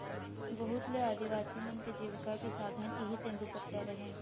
बहुत ले आदिवासी मन के जिविका के साधन इहीं तेंदूपत्ता हरय